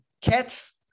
cats